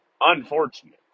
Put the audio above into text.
unfortunate